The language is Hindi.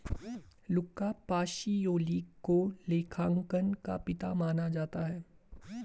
लुका पाशियोली को लेखांकन का पिता माना जाता है